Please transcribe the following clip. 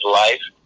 life